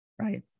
right